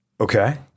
Okay